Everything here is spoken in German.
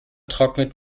trocknet